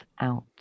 out